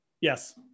Yes